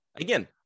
again